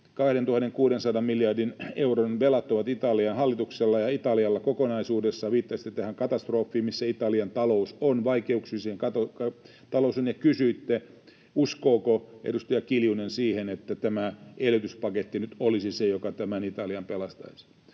2 600 miljardin euron velat ovat Italian hallituksella ja Italialla kokonaisuudessaan. Viittasitte tähän katastrofiin, missä Italian talous on, vaikeuksissa, ja kysyitte, uskooko edustaja Kiljunen siihen, että tämä elvytyspaketti nyt olisi se, joka Italian pelastaisi.